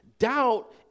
Doubt